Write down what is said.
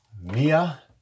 Mia